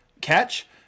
catch